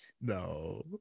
no